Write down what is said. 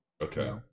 Okay